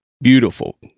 beautiful